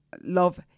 love